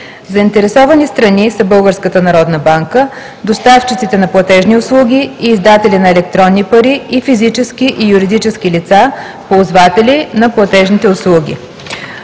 народна банка, доставчиците на платежни услуги и издатели на електронни пари и физически и юридически лица, ползватели на платежни услуги.